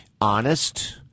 honest